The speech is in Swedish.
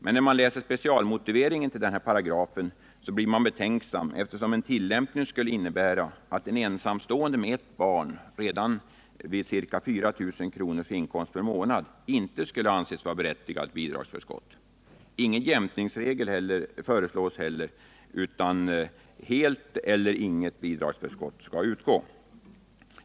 Men när man läser specialmotiveringen till denna paragraf blir man betänksam, eftersom en tillämpning skulle innebära att en ensamstående med ett barn redan vid en inkomst på ca 4 000 kr. per månad inte skulle anses vara berättigad till bidragsförskott. Ingen jämkningsregel föreslås heller, utan helt eller inget bidragsförskott skall utgå.